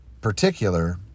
particular